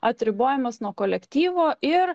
atribojamas nuo kolektyvo ir